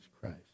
Christ